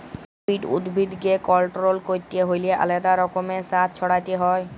weed উদ্ভিদকে control ক্যরতে হ্যলে আলেদা রকমের সার ছড়াতে হ্যয়